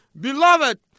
beloved